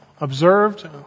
observed